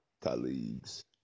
colleagues